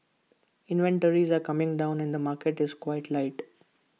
inventories are coming down and market is quite tight